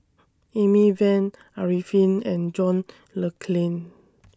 Amy Van Arifin and John Le Cain